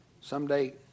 someday